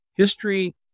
History